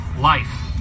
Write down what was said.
life